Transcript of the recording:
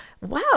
Wow